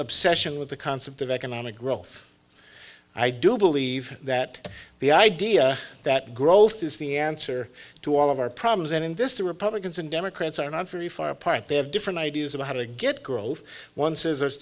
obsession with the concept of economic growth i do believe that the idea that growth is the answer to all of our problems and in this the republicans and democrats are not very far apart they have different ideas about how to get growth one scissors